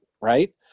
right